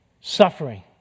suffering